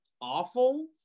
awful